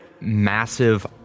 massive